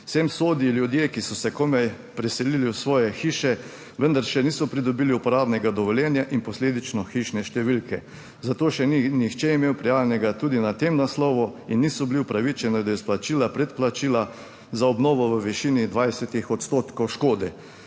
Sem sodijo ljudje, ki so se komaj preselili v svoje hiše, vendar še niso pridobili uporabnega dovoljenja in posledično hišne številke, zato še ni nihče imel prijavljenega tudi na tem naslovu in niso bili upravičeni do izplačila predplačila za obnovo v višini 20 % škode,